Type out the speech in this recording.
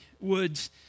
Woods